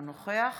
אינו נוכח